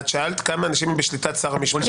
שאלת כמה אנשים בשליטת שר המשפטים.